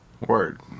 Word